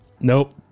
nope